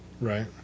Right